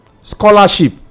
scholarship